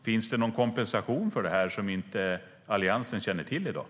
Finns det någon kompensation som Alliansen inte känner till i dag?